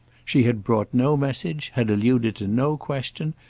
she had brought no message, had alluded to no question,